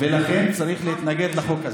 ולכן צריך להתנגד לחוק הזה.